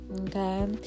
okay